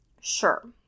Sure